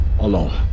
alone